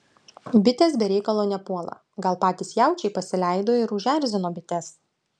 bitės be reikalo nepuola gal patys jaučiai pasileido ir užerzino bites